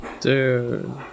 dude